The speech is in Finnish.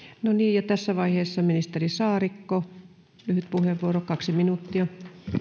no niin tässä vaiheessa ministeri saarikko lyhyt puheenvuoro kaksi minuuttia